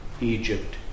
Egypt